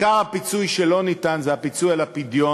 והם קופה סגורה.